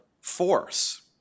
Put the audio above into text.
force